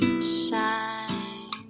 shine